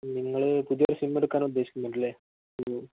നിങ്ങള് പുതിയൊരു സിം എടുക്കാൻ ഉദ്ദേശിക്കുന്നുണ്ടല്ലേ